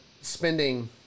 spending